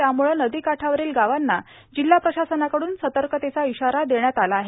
त्यामुळे नदी काठावरील गावांना जिल्हा प्रशासनाकडून सतर्कतेचा इशारा देण्यात आला आहे